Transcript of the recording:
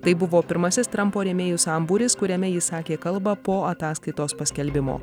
tai buvo pirmasis trampo rėmėjų sambūris kuriame jis sakė kalbą po ataskaitos paskelbimo